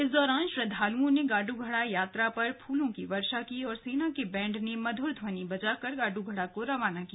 इस दौरान श्रद्धालुओं ने गाड़ू घड़ा यात्रा पर फूलों की वर्षा की और सेना के बैंड ने मध्र ध्वनि बजाकर गाड़ ब घड़ा को रवाना किया